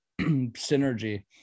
Synergy